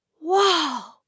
Wow